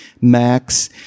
Max